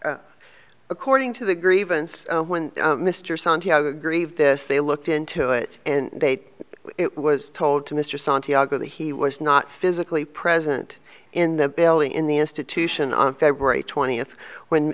not according to the grievance when mr greve this they looked into it and they it was told to mr santiago to he was not physically present in the building in the institution on february twentieth when